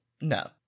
No